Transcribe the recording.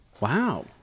wow